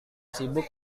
sibuk